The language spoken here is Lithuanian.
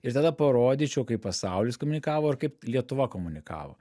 ir tada parodyčiau kaip pasaulis komunikavo ir kaip lietuva komunikavo